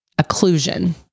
occlusion